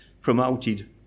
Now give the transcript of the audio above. promoted